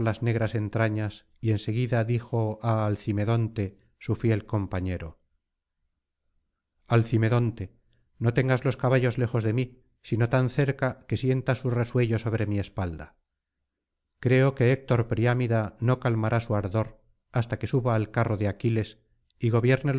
negras entrañas y en seguida dijo á alcimedonte su fiel compañero al cido no tengas los caballos lejos de mí sino tan cerca que sienta su resuello sobre mi espalda creo que héctor priámida no calmará su ardor hasta que suba al carro de aquiles y gobierne